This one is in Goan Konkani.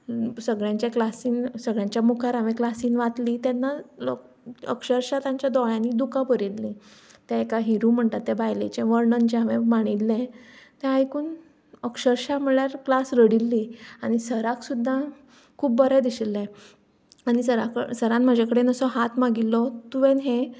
सगल्यांचे क्लासीन सगल्यांच्या मुखार हांवें क्लासीन वाचली तेन्ना लोक अक्षरशा तांच्या दोळ्यांनी दुकां भरिल्लीं तेका हिरू म्हणटा त्या बायलेचें वर्णन जें हांवें माणिल्लें तें आयकून अक्षरशा म्हमल्यार क्लास रडिल्लीं आनी सराक सुद्दां खूब बरें दिशिल्लें आनी सराक सरान म्हजे कडेन हात मागिल्लो तुवेंन हें